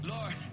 Lord